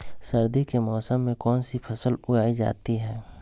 सर्दी के मौसम में कौन सी फसल उगाई जाती है?